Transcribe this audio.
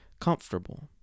comfortable